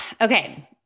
Okay